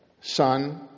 Son